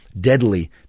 deadly